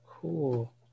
Cool